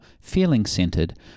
feeling-centered